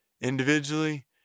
individually